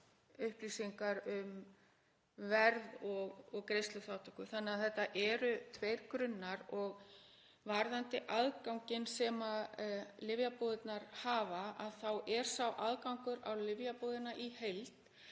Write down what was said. upplýsingar um verð og greiðsluþátttöku. Þetta eru því tveir grunnar og varðandi aðganginn sem lyfjabúðirnar hafa þá er sá aðgangur á lyfjabúðina í heild